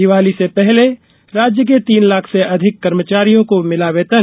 दीवाली से पहले राज्य के तीन लाख से अधिक कर्मचारियों को मिला वेतन